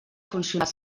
funcionar